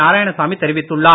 நாராயணசாமி தெரிவித்துள்ளார்